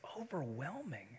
overwhelming